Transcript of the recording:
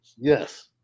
Yes